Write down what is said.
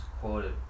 quoted